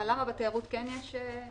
למה בתיירות כן יש?